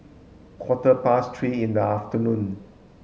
quarter past three in the afternoon